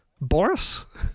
Boris